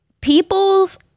people's